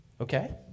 Okay